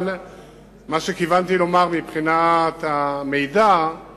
אבל מה שכיוונתי לומר מבחינת המידע הוא